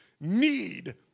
need